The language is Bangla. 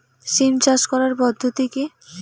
সিম চাষ করার পদ্ধতি কী?